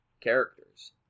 characters